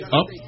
up